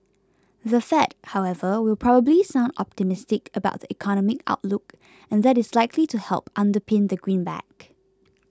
the Fed however will probably sound optimistic about the economic outlook and that is likely to help underpin the greenback